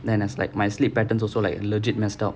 then it's like my sleep patterns also like legit messed up